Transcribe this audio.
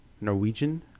Norwegian